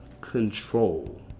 control